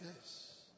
Yes